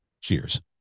cheers